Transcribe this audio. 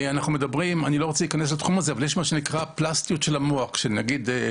יש משהו שנקרא "פלסטיות של המוח", שנגיד אם